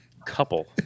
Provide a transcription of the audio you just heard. Couple